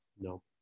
no